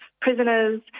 prisoners